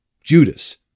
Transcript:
Judas